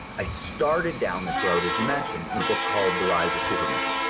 i started down this road as you mentioned in a book called, the rise of superman,